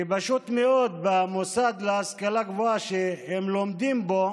כי פשוט מאוד במוסד להשכלה גבוהה שהם לומדים בו